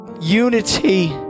Unity